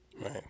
Right